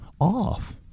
off